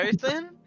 person